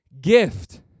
Gift